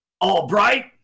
Albright